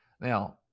now